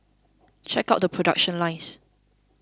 check out the production lines